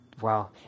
Wow